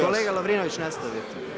Kolega Lovrinović, nastavite.